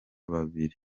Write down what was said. babiri